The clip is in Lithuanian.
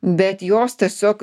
bet jos tiesiog